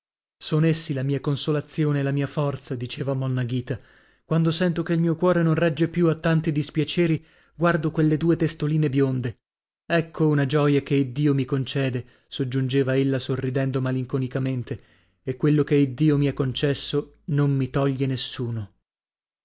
son essi la mia consolazione e la mia forza diceva monna ghita quando sento che il mio cuore non regge più a tanti dispiaceri guardo quelle due testoline bionde ecco una gioia che iddio mi concede soggiungeva ella sorridendo malinconicamente e quello che iddio mi ha concesso non mi toglie nessuno